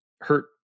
hurt